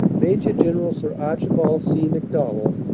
maj general sir archibald c. macdonell,